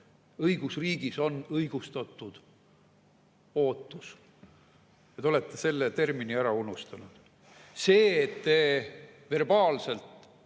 Õigusriigis on õigustatud ootus. Te olete selle termini ära unustanud. See, et te verbaalselt